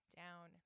down